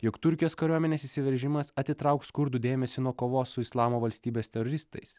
jog turkijos kariuomenės įsiveržimas atitrauks kurdų dėmesį nuo kovos su islamo valstybės teroristais